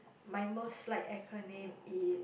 my most liked acronym is